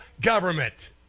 government